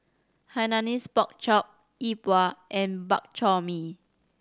Hainanese Pork Chop Yi Bua and Bak Chor Mee